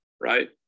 right